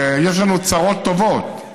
ויש לנו צרות טובות.